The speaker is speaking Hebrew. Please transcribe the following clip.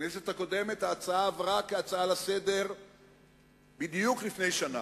בכנסת הקודמת ההצעה עברה כהצעה לסדר-היום בדיוק לפני שנה,